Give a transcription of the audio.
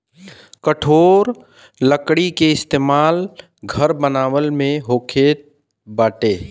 कठोर लकड़ी के इस्तेमाल घर बनावला में होखत बाटे